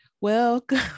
welcome